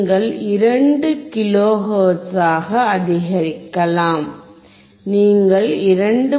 நீங்கள் 2 கிலோ ஹெர்ட்ஸாக அதிகரிக்கலாம் நீங்கள் 2